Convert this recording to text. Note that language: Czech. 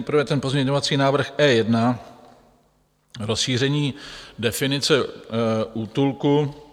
Nejprve ten pozměňovací návrh E1 rozšíření definice útulku.